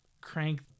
crank